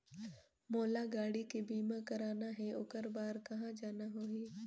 मोला गाड़ी के बीमा कराना हे ओकर बार कहा जाना होही?